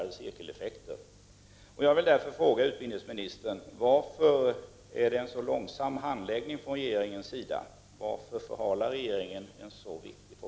Det uppstår s.k. cirkeleffekter.